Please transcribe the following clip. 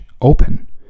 open